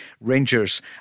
Rangers